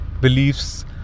Beliefs